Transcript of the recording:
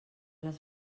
les